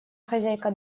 хозяйка